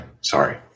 Sorry